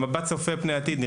במבט צופה פני עתיד,